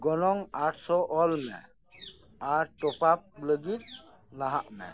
ᱜᱚᱱᱚᱝ ᱟᱴ ᱥᱚ ᱚᱞ ᱢᱮ ᱟᱨ ᱴᱚᱯᱟᱯ ᱞᱟᱹᱜᱤᱜ ᱞᱟᱦᱟᱜ ᱢᱮ